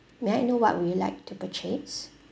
may I know what would you like to purchase